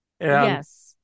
Yes